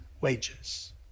wages